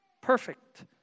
Perfect